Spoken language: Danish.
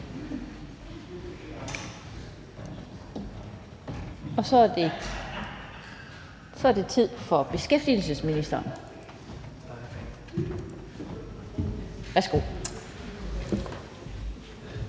Og så det blevet tid for beskæftigelsesministeren. Værsgo.